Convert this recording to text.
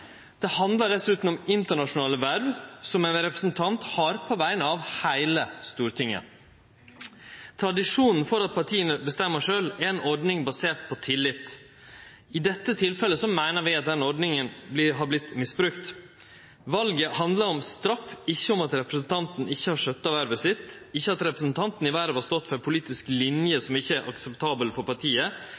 Det handlar dessutan om internasjonale verv som ein representant har på vegner av heile Stortinget. Tradisjonen med at partia bestemmer sjølve, er ei ordning som er basert på tillit. I dette tilfellet meiner vi at den ordninga har vorte misbrukt. Valet handlar om straff, ikkje om at representanten ikkje har skjøtta vervet sitt, ikkje om at representanten i vervet har stått for ei politisk linje som ikkje er akseptabel for partiet,